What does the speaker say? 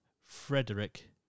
Frederick